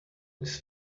this